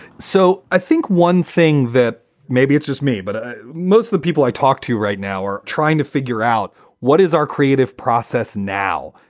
so i think one thing that maybe it's just me, but most of the people i talk to right now are trying to figure out what is our creative process. now,